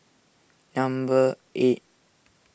number eight